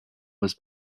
was